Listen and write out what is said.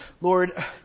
Lord